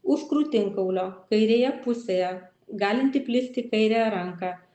už krūtinkaulio kairėje pusėje galintį plist į kairę ranką